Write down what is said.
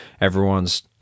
everyone's